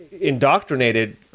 indoctrinated